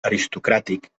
aristocràtic